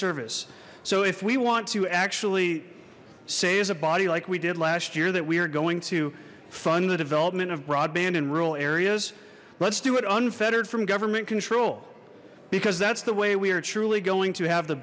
service so if we want to actually say as a body like we did last year that we are going to fund the development of broadband in rural areas let's do it unfettered from government control because that's the way we are truly going to have the